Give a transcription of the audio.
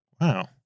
Wow